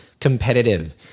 competitive